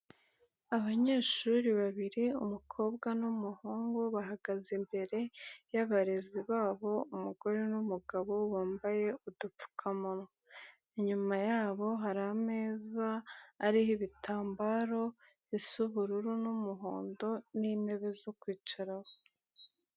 Abanyeshuri babiri, umukobwa n'umuhungu, bahagaze imbere y'abarezi babo, umugore n'umugabo wambaye udupfukamunwa. Inyuma yabo hari ameza ariho ibitambaro bisa ubururu n'umuhondo n'intebe zo kwicaraho.